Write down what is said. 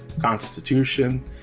constitution